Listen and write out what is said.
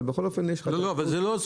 בסוף נענה לשאלות ספציפיות ככל שיש לגבי